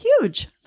huge